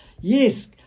yes